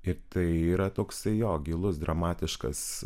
ir tai yra toksai jo gilus dramatiškas